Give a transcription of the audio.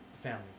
family